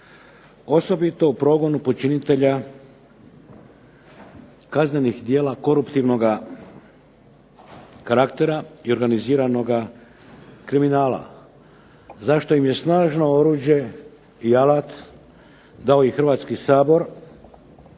osobito u progonu počinitelja kaznenih djela korumptivnoga karaktera i organiziranoga kriminala, za što im je snažno oruđe i alat dao i Hrvatski sabor,